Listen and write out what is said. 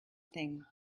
thing